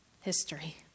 history